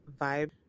vibe